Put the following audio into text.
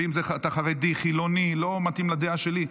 ואם אתה חרדי או חילוני ולא מתאים לדעה שלי,